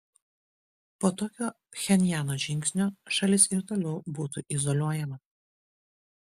po tokio pchenjano žingsnio šalis ir toliau būtų izoliuojama